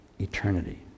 eternity